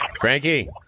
Frankie